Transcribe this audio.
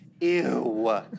Ew